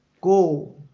go